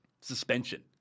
suspension